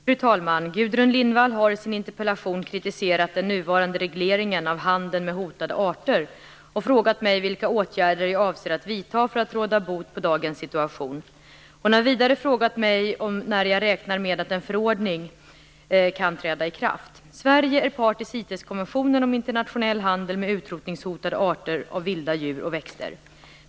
Fru talman! Gudrun Lindvall har i sin interpellation kritiserat den nuvarande regleringen av handeln med hotade arter och frågat mig vilka åtgärder jag avser att vidta för att råda bot på dagens situation. Hon har vidare frågat mig när jag räknar med att en förordning kan träda i kraft. Sverige är part i CITES-konventionen om internationell handel med utrotningshotade arter av vilda djur och växter.